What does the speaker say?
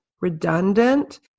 redundant